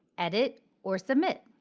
edit or submit.